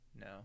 No